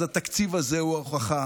אז התקציב הזה הוא ההוכחה.